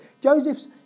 Joseph's